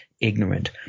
ignorant